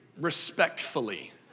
respectfully